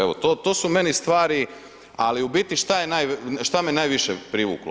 Evo to su meni stvari ali u biti šta me najviše privuklo?